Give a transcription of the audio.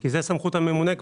כי זה סמכות הממונה.